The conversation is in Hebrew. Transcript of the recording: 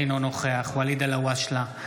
אינו נוכח ואליד אלהואשלה,